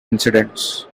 incidents